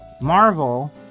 Marvel